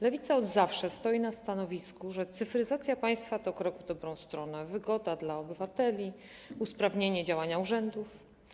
Lewica od zawsze stoi na stanowisku, że cyfryzacja państwa to krok w dobrą stronę, wygoda dla obywateli, usprawnienie działania urzędów.